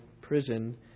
prison